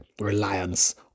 reliance